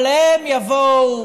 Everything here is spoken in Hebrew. אבל הם, יבואו.